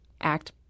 ACT